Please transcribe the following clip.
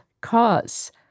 cause